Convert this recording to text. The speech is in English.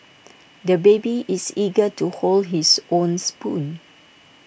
the baby is eager to hold his own spoon